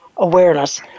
Awareness